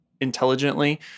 intelligently